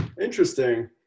interesting